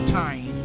time